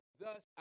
thus